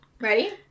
Ready